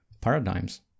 paradigms